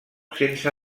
sense